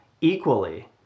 equally